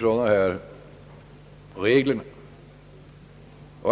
från dessa skatteregler.